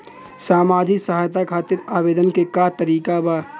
सामाजिक सहायता खातिर आवेदन के का तरीका बा?